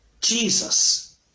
Jesus